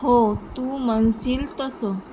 हो तू म्हणशील तसं